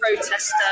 protester